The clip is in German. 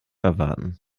erwarten